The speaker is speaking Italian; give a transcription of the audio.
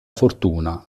fortuna